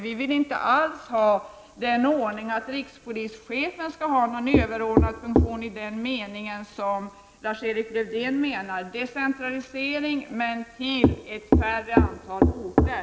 Vi vill inte alls ha den ordningen att rikspolischefen skall ha någon överordnad funktion i den meningen som Lars-Erik Lövdén menade. Vi vill alltså ha en decentralisering men till ett färre antal orter.